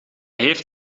heeft